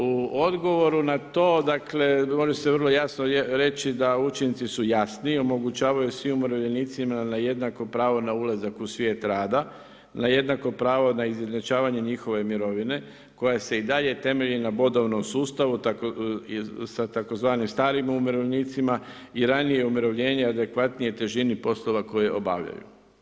U odgovoru na to, mogli ste vrlo jasno reći da učinci su jasniji, omogućavaju svim umirovljenicima na jednako pravo na ulazak u svijet rada, na jednako pravo na izjednačavanje njihove mirovine koja se i dalje temelji na bodovnom sustavu sa tzv. starim umirovljenicima i ranije umirovljene adekvatnije težini poslova koje obavljaju.